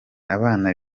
abana